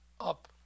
up